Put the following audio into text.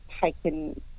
taken